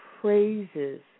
praises